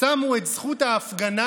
שמו את זכות ההפגנה